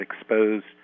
exposed